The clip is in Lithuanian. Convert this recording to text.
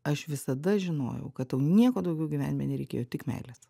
aš visada žinojau kad tau nieko daugiau gyvenime nereikėjo tik meilės